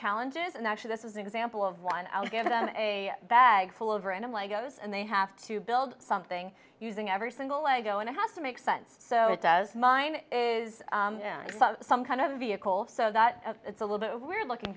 challenges and actually this is an example of one i'll get in a bag full of random lego's and they have to build something using every single lego and i have to make sense so it does mine is some kind of vehicle so that it's a little bit weird looking